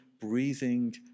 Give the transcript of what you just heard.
breathing